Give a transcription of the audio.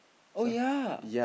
oh ya